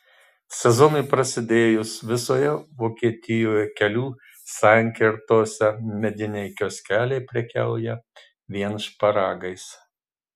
sezonui prasidėjus visoje vokietijoje kelių sankirtose mediniai kioskeliai prekiauja vien šparagais